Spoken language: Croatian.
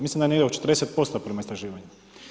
Mislim da je negdje oko 40% prema istraživanjima.